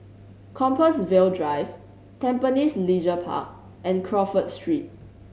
Compassvale Drive Tampines Leisure Park and Crawford Street